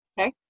Okay